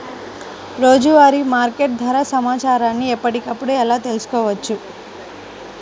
రోజువారీ మార్కెట్ ధర సమాచారాన్ని ఎప్పటికప్పుడు ఎలా తెలుసుకోవచ్చు?